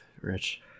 Rich